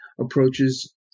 approaches